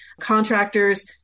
Contractors